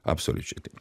absoliučiai taip